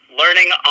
learning